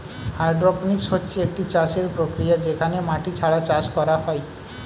hydroponics হচ্ছে একটি চাষের প্রক্রিয়া যেখানে মাটি ছাড়া চাষ করা হয়